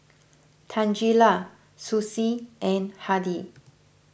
Tangela Susie and Hardy